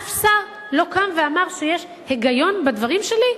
אף שר לא קם ואמר שיש היגיון בדברים שלי,